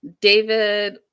David